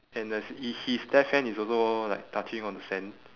and the s~ i~ his left hand is also like touching on the sand